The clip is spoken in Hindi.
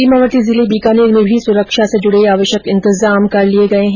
सीमावर्ती जिले बीकानेर में भी सुरक्षा से जुडे आवश्यक इंतजाम कर लिये गये है